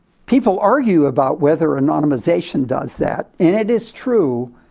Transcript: people argue about whether and anonymisation does that, and it is true.